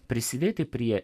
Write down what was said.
prisidėti prie